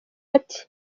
ati